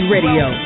Radio